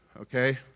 okay